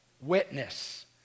Witness